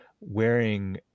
wearing